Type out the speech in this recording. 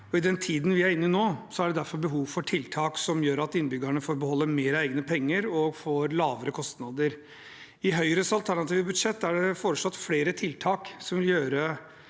I den tiden vi er inne i nå, er det derfor behov for tiltak som gjør at innbyggerne får beholde mer av egne penger og får lavere kostnader. I Høyres alternative budsjett er det foreslått flere tiltak som vil gjøre